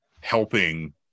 helping